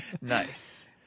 Nice